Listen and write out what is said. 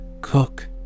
Cook